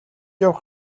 явах